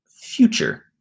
future